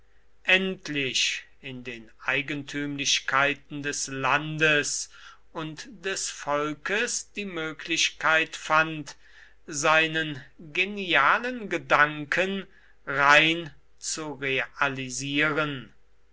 endlich in den eigentümlichkeiten des landes und des volkes die möglichkeit fand seinen genialen gedanken rein zu realisieren